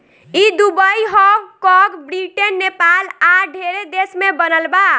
ई Dubai, Hong कॉग, Britain, Nepal आ ढेरे देश में बनल बा